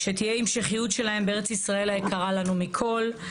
שתהיה המשכיות שלהם בארץ ישראל היקרה לנו מכל.